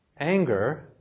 anger